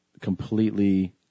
completely